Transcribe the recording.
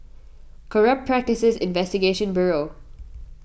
Corrupt Practices Investigation Bureau